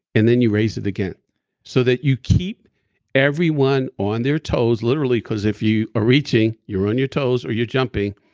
and then you raised it again so that you keep everyone on their toes literally because if you are reaching, you're on your toes or you're jumping.